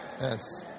Yes